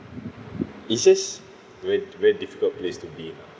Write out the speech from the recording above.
it's just very very difficult place to be lah